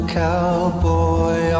cowboy